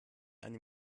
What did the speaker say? eine